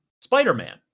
Spider-Man